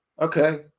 okay